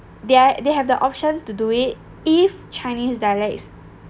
they they have the option to do it if chinese dialects